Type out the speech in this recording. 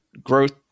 growth